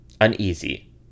uneasy